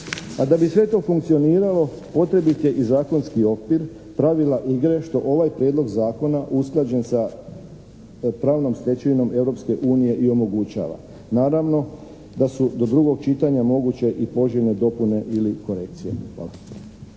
A da bi sve to funkcioniralo potrebit je i zakonski okvir, pravila igre što ovaj prijedlog zakona usklađen sa pravnom stečevinom Europske unije i omogućava. Naravno da su do drugog čitanja moguće i poželjne dopune ili korekcije.